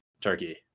Turkey